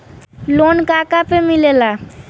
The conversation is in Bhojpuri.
लोन का का पे मिलेला?